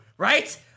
Right